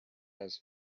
has